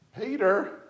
Peter